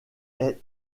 est